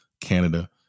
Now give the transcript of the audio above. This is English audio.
Canada